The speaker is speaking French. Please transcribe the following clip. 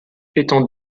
étant